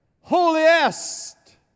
holiest